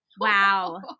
Wow